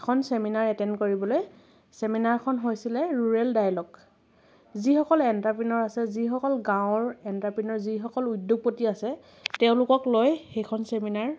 এখন seminar attend কৰিবলৈ চেমিনাৰখন হৈছিলে ৰুৰেল ডাইলগ যিসকল এন্টাৰপ্ৰিনৌৰ আছে যিসকল গাঁৱৰ এন্টাৰপ্ৰিনৌৰ যিসকল উদ্যোগপতি আছে তেওঁলোকক লৈ সেইখন চেমিনাৰ